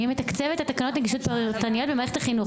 מי מתקצב את תקנות נגישות פרטנית במערכת החינוך?